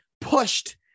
pushed